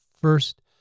first